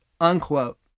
unquote